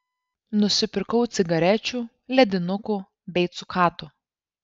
nusipirkau cigarečių ledinukų bei cukatų